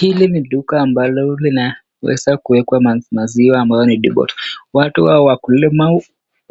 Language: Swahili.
Hili ni duka ambalo wameweza kuwekwa maziwa ambayo ni depot . Watu wa wakulima